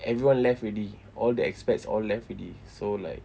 everyone left already all the expats all left already so like